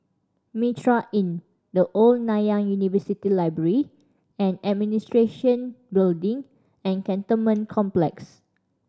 Mitraa Inn The Old Nanyang University Library and Administration Building and Cantonment Complex